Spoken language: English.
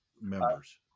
members